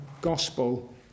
gospel